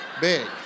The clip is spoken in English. big